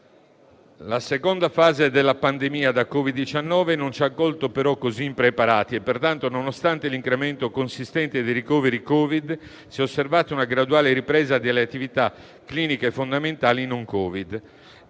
La seconda fase della pandemia da Covid-19 non ci ha colto però così impreparati, e pertanto, nonostante l'incremento consistente dei ricoveri Covid, si è osservata una graduale ripresa delle attività cliniche fondamentali non-Covid.